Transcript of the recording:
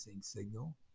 signal